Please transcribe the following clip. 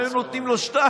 אם היו נותנים לו שניים,